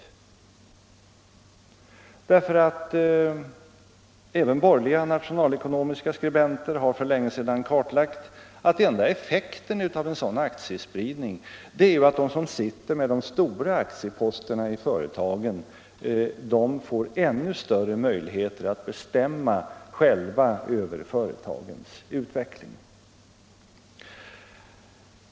Även borgerliga nationalekonomiska skribenter har för länge sedan kartlagt att den enda effekten av en sådan aktiespridning är att de som sitter med de stora aktieposterna i företagen får ännu större möjligheter att själva bestämma över företagens utveckling.